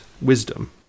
wisdom